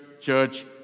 church